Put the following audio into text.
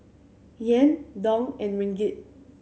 Yen Dong and Ringgit